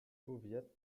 powiat